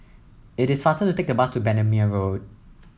it is faster to take the bus to Bendemeer Road